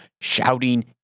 shouting